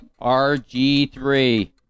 RG3